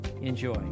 Enjoy